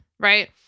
Right